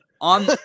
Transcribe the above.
on